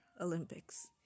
Olympics